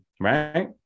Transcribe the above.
right